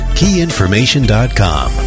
keyinformation.com